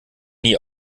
nie